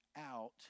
out